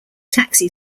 taxi